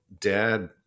dad